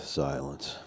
silence